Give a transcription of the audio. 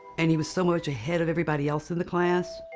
and he was so much ahead of everybody else in the class.